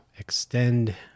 extend